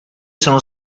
sono